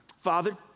Father